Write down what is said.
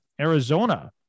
Arizona